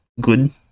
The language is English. good